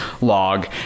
log